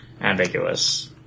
ambiguous